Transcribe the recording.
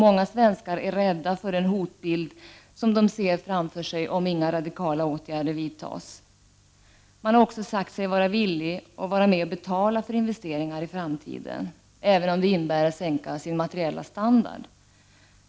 Många svenskar är rädda för den hotbild som de ser framför sig om inga radikala åtgärder vidtas. Man har också sagt sig vara villig att vara med och betala för investeringar i framtiden, även om det innebär att sänka sin materiella standard.